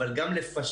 אבל גם לפשט